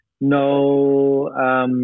no